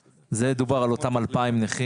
דובר על אותם 2,000 נכים.